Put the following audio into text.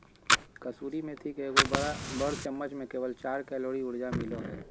कसूरी मेथी के एगो बड़ चम्मच में केवल चार कैलोरी ऊर्जा मिलो हइ